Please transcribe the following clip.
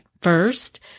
first